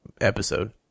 episode